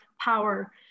power